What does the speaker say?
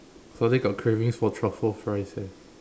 suddenly got cravings for truffle fries eh